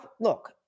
look